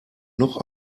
noch